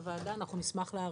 של רלב"ד --- היה של משרד התחבורה,